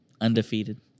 Undefeated